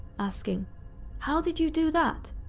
asking how did you do that?